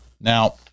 Now